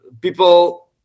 People